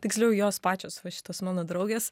tiksliau jos pačios va šitos mano draugės